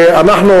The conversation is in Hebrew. כלומר ואנחנו,